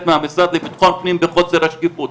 מהמשרד לביטחון הפנים בחוסר השקיפות.